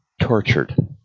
tortured